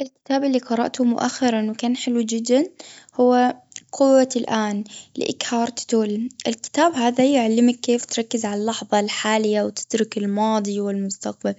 الكتاب اللي قرأته مؤخرًا كان حلو جدًا، هو قوة الآن لإكهارت تولن. الكتاب هذا يعلمك كيف تركز على اللحظة الحالية، وتترك الماضي والمستقبل.